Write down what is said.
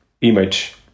image